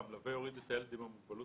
המלווה יוריד את הילד את הילד עם המוגבלות